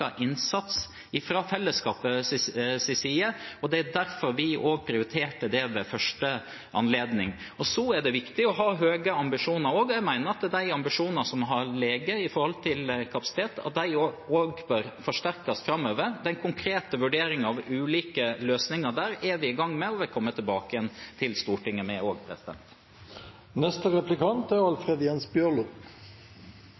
innsats fra fellesskapets side, og det er derfor vi prioriterte det ved første anledning. Det er også viktig å ha høye ambisjoner. Jeg mener at de ambisjonene som har vært når det gjelder kapasitet, bør forsterkes framover. Den konkrete vurderingen av ulike løsninger der er vi i gang med og vil komme tilbake til Stortinget med. Først vil eg gratulere statsråden. Det er